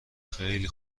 خیلی